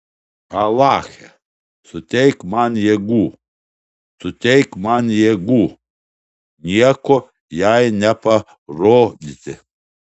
alache suteik man jėgų suteik man jėgų nieko jai neparodyti